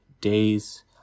days